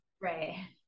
Right